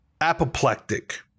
apoplectic